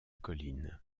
colline